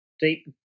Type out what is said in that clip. Deep